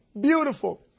Beautiful